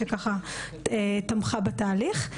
שככה תמכה בתהליך.